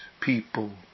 people